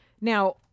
Now